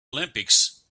olympics